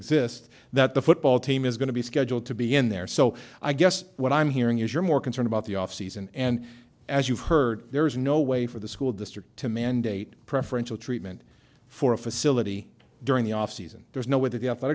exists that the football team is going to be scheduled to be in there so i guess what i'm hearing is you're more concerned about the off season and as you've heard there is no way for the school district to mandate preferential treatment for a facility during the off season there's no